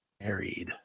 married